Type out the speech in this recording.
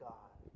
God